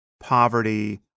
poverty